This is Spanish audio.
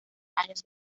años